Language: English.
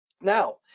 now